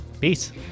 Peace